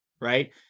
right